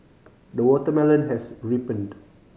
the watermelon has ripened